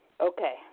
okay